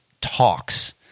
talks